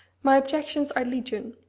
my objections are legion!